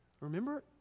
Remember